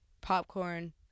Popcorn